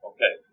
Okay